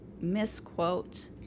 misquote